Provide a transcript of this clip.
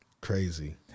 Crazy